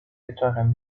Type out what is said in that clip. wieczorem